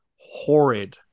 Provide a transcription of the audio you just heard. horrid